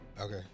Okay